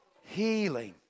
Healing